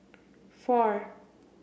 four